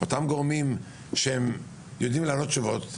אותם גורמים שיודעים לענות תשובות,